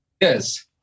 yes